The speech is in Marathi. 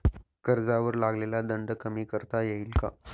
कर्जावर लागलेला दंड कमी करता येईल का?